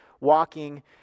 walking